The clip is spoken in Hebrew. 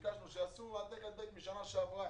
שם שיעשו העתק-הדבק משנה שעברה,